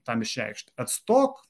tam išreikšti atstok